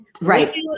Right